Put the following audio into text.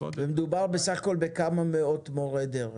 מדובר בסך הכול על כמה מאות מורי דרך.